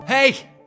Hey